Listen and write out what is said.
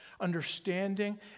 understanding